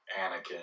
Anakin